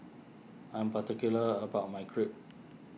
I'm particular about my Crepe